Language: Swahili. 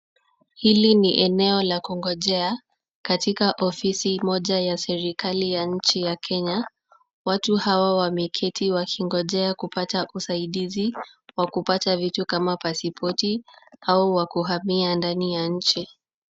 Hili ni eneo la kungojea, katika ofisi moja ya serikali ya nchi ya Kenya. Watu hawa wameketi wakingojea kupata usaidizi, wa kupata vitu kama pasipoti au wa kuhamia ndani ya nchi.